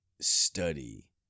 study